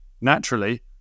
naturally